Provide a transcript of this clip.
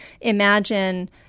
imagine